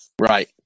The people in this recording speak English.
Right